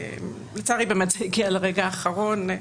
לצערי, זה הגיע לרגע האחרון,